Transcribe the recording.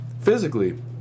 Physically